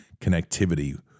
connectivity